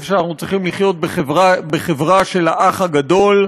שאנחנו צריכים לחיות בחברה של "האח הגדול",